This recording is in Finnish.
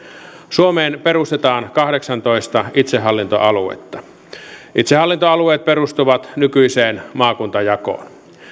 suomeen perustetaan kahdeksantoista itsehallintoaluetta itsehallintoalueet perustuvat nykyiseen maakuntajakoon